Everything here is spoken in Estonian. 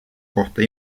kohta